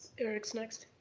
eric's next.